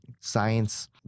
science